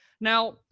Now